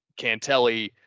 Cantelli